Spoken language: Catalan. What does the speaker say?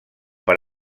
per